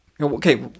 okay